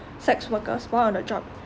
sex workers work on the job